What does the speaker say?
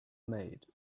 maid